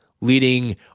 leading